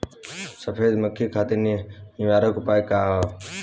सफेद मक्खी खातिर निवारक उपाय का ह?